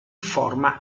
forma